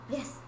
Yes